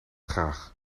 graag